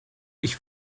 ich